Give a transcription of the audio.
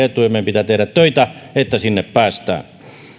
ja meidän pitää tehdä töitä että sinne päästään